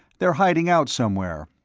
they're hiding out somewhere.